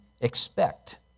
expect